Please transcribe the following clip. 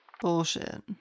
Bullshit